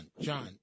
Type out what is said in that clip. John